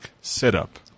setup